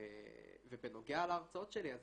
ובנוגע להרצאות שלי אז